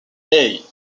eight